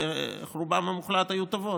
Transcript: ורובן המוחלט היו טובות,